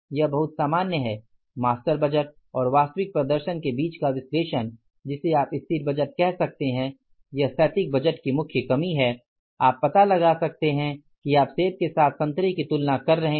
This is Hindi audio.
यह बहुत सामान्य है मास्टर बजट और वास्तविक प्रदर्शन के बीच का विश्लेषण जिसे आप स्थिर बजट कह सकते हैं यह स्थैतिक बजट की मुख्य कमी है आप पता लगा सकते हैं कि आप सेब के साथ संतरे की तुलना कर रहे हैं